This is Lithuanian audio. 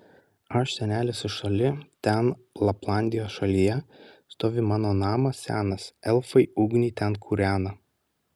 aš senelis iš toli ten laplandijos šalyje stovi mano namas senas elfai ugnį ten kūrena